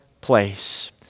place